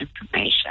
information